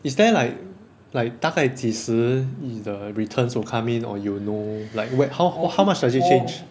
is there like like 大概几时你的 returns will come in or you'll know like where how h~ how much does it change